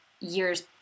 years